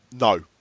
no